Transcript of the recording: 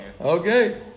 Okay